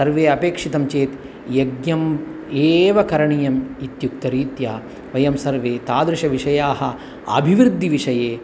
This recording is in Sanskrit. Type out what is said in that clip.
सर्वे अपेक्षन्ते चेत् यज्ञम् एवं करणीयम् इत्युक्तरीत्या वयं सर्वे तादृशविषयाः अभिवृद्धिविषये